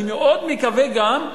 אני מאוד מקווה גם,